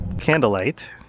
Candlelight